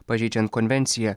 pažeidžiant konvenciją